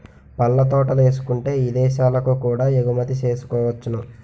పళ్ళ తోటలేసుకుంటే ఇదేశాలకు కూడా ఎగుమతి సేసుకోవచ్చును